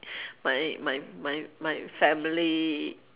my my my my family